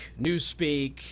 newspeak